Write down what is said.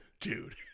Dude